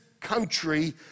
country